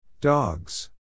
Dogs